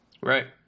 Right